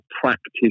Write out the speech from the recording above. practice